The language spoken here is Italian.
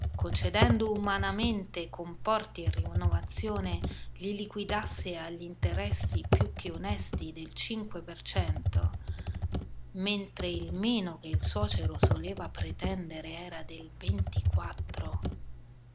concedendo umanamente comporti e rinnovazioni li liquidasse agli interessi più che onesti del cinque per cento mentre il meno che il suocero soleva pretendere era del ventiquattro